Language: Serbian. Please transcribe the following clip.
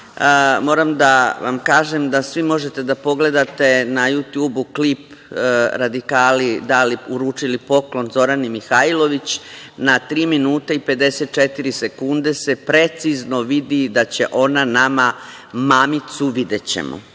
moram da vam kažem da svi možete da pogledate na „ju tjubu“ klip - radikali uručili poklon Zorani Mihajlović. Na tri minuta i 54 sekunde se precizno vidi da će ona nama mamicu, videćemo.